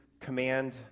command